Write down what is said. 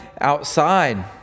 outside